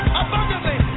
abundantly